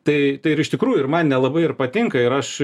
tai ir iš tikrųjų ir man nelabai ir patinka ir aš